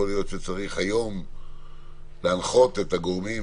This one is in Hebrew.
יכול להיות שצריך להנחות את הגורמים